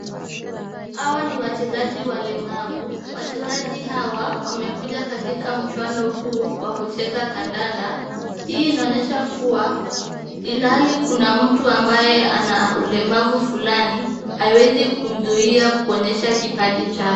Hawa ni wachezaji walemavu . Wachezaji hawa wamekuja katika mchuano huu wa kucheza kadanda. Hii inaonyesha kuwa ilhali kuna mtu ambaye ana ulemavu fulani, haiwezi kumzuia kuonyesha kipaji chake.